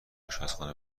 آشپزخانه